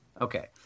Okay